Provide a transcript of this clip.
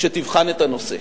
שתבחן את הנושא.